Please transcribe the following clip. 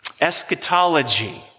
eschatology